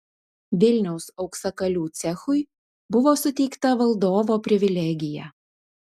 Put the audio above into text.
vilniaus auksakalių cechui buvo suteikta valdovo privilegija